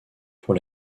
pour